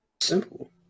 Simple